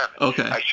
Okay